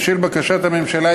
בשל בקשת הממשלה,